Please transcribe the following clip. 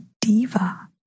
diva